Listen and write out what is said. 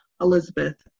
Elizabeth